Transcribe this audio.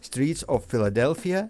streets of filadelfija